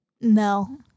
No